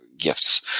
gifts